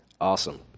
Awesome